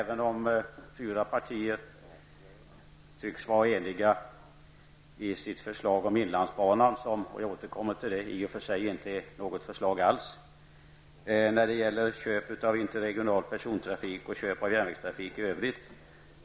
De fyra partiernas förslag om inlandsbanan är egentligen inte något förslag alls. Jag noterar att de är djupt oeniga när det gäller köp av interregional persontrafik och järnvägstrafik i övrigt.